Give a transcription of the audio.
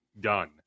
done